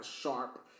sharp